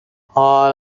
حاال